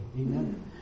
Amen